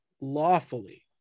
lawfully